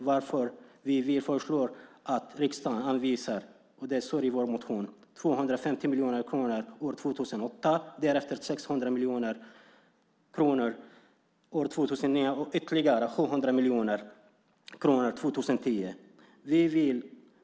Därför föreslår vi att riksdagen anvisar - det här står i vår motion - 250 miljoner kronor år 2008, 600 miljoner kronor år 2009 och ytterligare 700 miljoner kronor år 2010.